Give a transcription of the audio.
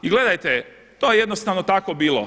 I gledajte, to je jednostavno tako bilo.